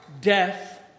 death